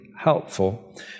Helpful